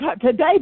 today